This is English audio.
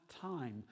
time